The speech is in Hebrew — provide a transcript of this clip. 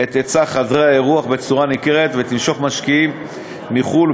את היצע חדרי האירוח במידה ניכרת ותמשוך משקיעים מחו"ל,